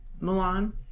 Milan